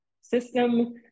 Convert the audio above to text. system